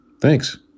thanks